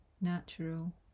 natural